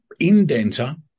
indenter